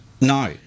No